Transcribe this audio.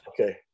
Okay